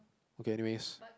okay anyways